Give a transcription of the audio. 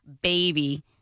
baby